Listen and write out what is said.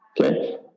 Okay